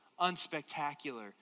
unspectacular